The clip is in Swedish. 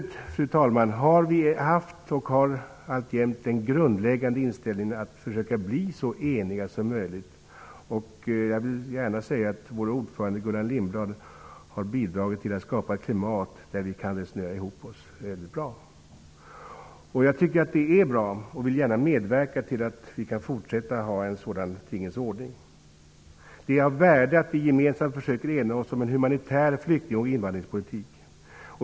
I utskottet har vi haft, och har alltjämt, den grundläggande inställningen att försöka bli så eniga som möjligt. Vår ordförande Gullan Lindblad har bidragit till att skapa ett klimat där vi har kunnat resonera ihop oss mycket bra. Jag tycker att det är bra, och jag vill gärna medverka till att vi kan fortsätta att ha en sådan tingens ordning. Det är av värde att vi gemensamt försöker ena oss om en humanitär flykting och invandrarpolitik.